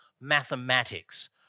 mathematics